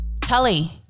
Tully